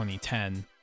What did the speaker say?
2010